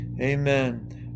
Amen